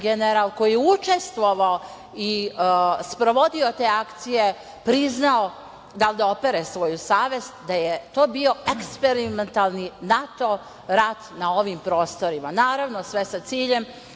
general koji je učestvovao i sprovodio te akcije, priznao, da li da opere svoju savest, da je to bio eksperimentalni NATO rat na ovim prostorima, naravno, sve sa ciljem